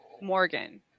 Morgan